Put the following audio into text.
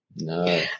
No